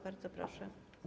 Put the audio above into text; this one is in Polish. Bardzo proszę.